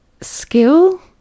skill